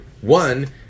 one